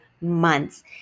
months